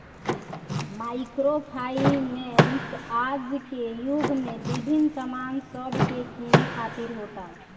micro finance आज के युग में विभिन्न सामान सब के किने खातिर होता